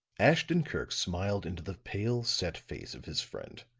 ashton-kirk smiled into the pale, set face of his friend.